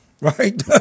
right